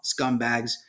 scumbags